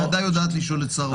הוועדה יודעת לשאול את שר האוצר.